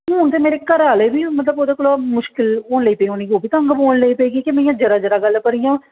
हून ते मेरे घराआह्ले बी ओह्दे कोला मुश्कल होई लगी पेई उ'नें गी ओह्ब्बी तंग पौन लगी पे कि में जरा जरा गल्ल पर इ'यां